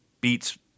beats